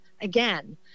again